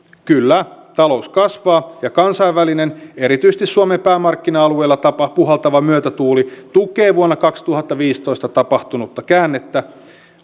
kyllä talous kasvaa ja kansainvälinen erityisesti suomen päämarkkina alueilla puhaltava myötätuuli tukee vuonna kaksituhattaviisitoista tapahtunutta käännettä